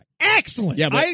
Excellent